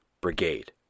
brigade